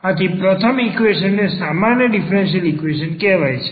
આથી પ્રથમ ઈક્વેશન ને સામાન્ય ડીફરન્સીયલ ઈક્વેશન કહેવાય છે